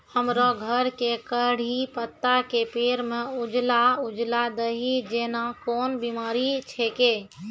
हमरो घर के कढ़ी पत्ता के पेड़ म उजला उजला दही जेना कोन बिमारी छेकै?